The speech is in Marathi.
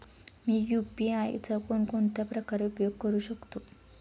मी यु.पी.आय चा कोणकोणत्या प्रकारे उपयोग करू शकतो?